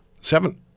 Seven